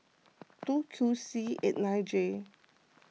two C eight nine J